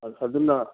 ꯑꯗꯨꯅ